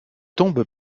tombe